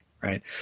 Right